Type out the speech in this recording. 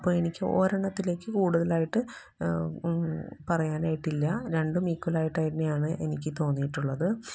അപ്പം എനിക്ക് ഒരണ്ണത്തിലേക്ക് കൂട്തലായിട്ട് പറയാനായിട്ടില്ല രണ്ടും ഈക്ക്വലായിട്ടന്നെയാണ് എനിക്ക് തോന്നീട്ടുള്ളത്